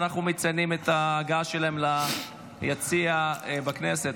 ואנחנו מציינים את ההגעה שלהם ליציע בכנסת.